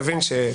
אני מבין שקשה.